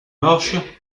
marche